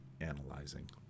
analyzing